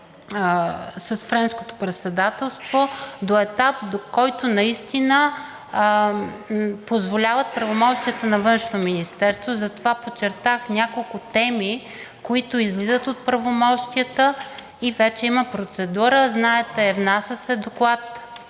с Френското председателство до етап, до който наистина позволяват правомощията на Външното министерство. Затова подчертах няколко теми, които излизат от правомощията, и вече има процедура, знаете, внася се доклад,